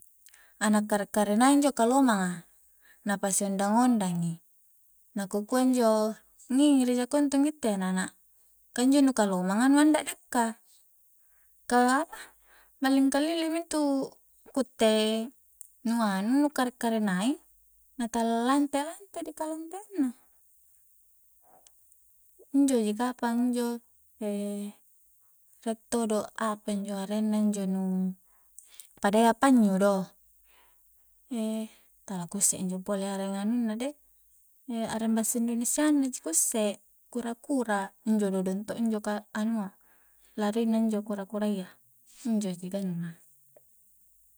Na kare'-karenai injo kalomang a na pasi ondang-ondangi na ku kua injo ngingiri jako intu ngittei anana ka injo nu kalomanga nu anda adakka ka apa malling kalilimi intu ku utte nu anu nu kare-karenai na tala lante-lante dikalanteang na injo ji kapang injo rie todo apanjo arenna injo nu padayya pannyu do tala ku isse injo pole areng anunna deh areng bahasa indonesia na ji ku usse kura-kura injo dodong to' injo anua larina injo kura-kurayya injo ji ganna